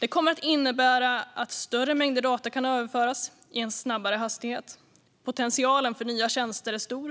Det kommer att innebära att större mängder data kan överföras i en snabbare hastighet. Potentialen för nya tjänster är stor.